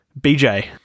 BJ